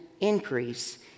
increase